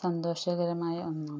സന്തോഷകരമായ ഒന്നാണ്